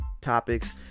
topics